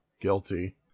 Guilty